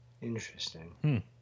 Interesting